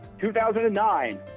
2009